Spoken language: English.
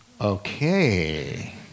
okay